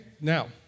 now